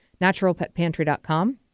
Naturalpetpantry.com